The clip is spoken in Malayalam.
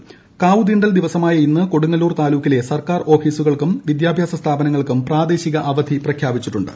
കാഡ്ടുത്രീണ്ടൽ ദിവസമായ ഇന്ന് കൊടുങ്ങല്ലൂർ താലൂക്കിലെ സർക്കാർ ഓഫീസുകൾക്കും വിദ്യാഭ്യാസ സ്ഥാപനങ്ങൾക്കും പ്ലാദേശിക അവധി പ്രഖ്യാപിച്ചിട്ടുണ്ട്